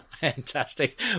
Fantastic